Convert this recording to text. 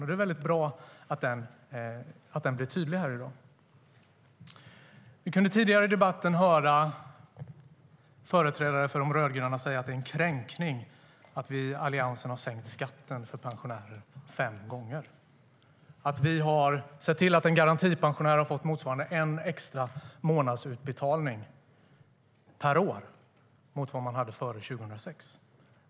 Det är väldigt bra att den blir tydlig här i dag. Vi kunde tidigare i debatten höra företrädare för de rödgröna säga att det är en kränkning att Alliansen har sänkt skatten för pensionärer fem gånger, att vi har sett till att en garantipensionär har fått motsvarande en extra månadsutbetalning per år mot vad man hade före 2006.